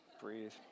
breathe